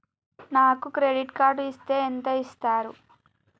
నాకు credit card ఇస్తే ఎంత ఇస్తరు?